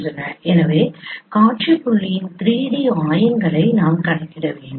எனவே காட்சி புள்ளியின் 3D ஆயங்களை நாம் கணக்கிட வேண்டும்